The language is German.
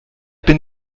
bin